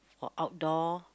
for outdoor